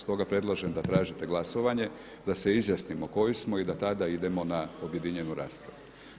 Stoga predlažem da tražite glasovanje, da se izjasnimo koji smo i da tada idemo na objedinjenu raspravu.